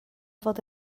fod